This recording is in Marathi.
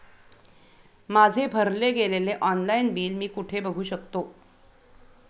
माझे भरले गेलेले ऑनलाईन बिल मी कुठे बघू शकतो?